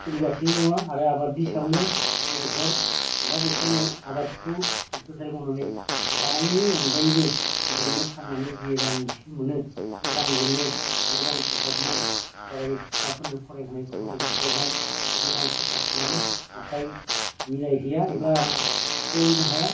सोलिगासिनो दङ आरो आबादनि सायावनो जोंनि न'खर दा बेखायनो आबादखौ गोसो गोथारै मावनानै जानायनि अनगायैबो गुबुननो फाननानै जि रां एसे मोनो बे रांजोंनो न' बां फोसाबनाय फरायसाफोरनो फरायहोनाय गथ' गथायखौ फरायनाय बिदि रां खरसा खालामो नाथाय मिलाय हैया एबा सोलिनो हाया